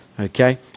Okay